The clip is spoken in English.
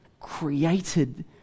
created